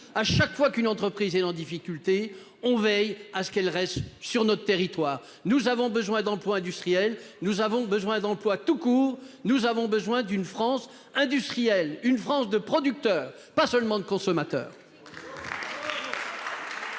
chaque fois qu'une entreprise est en difficulté, elle reste sur notre territoire. Nous avons besoin d'emplois industriels, nous avons besoin d'emplois tout court, nous avons besoin d'une France industrielle, une France de producteurs, pas seulement de consommateurs.